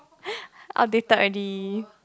outdated already